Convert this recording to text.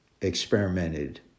experimented